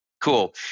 Cool